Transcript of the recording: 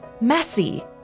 messy